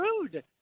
rude